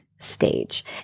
stage